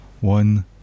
one